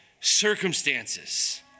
circumstances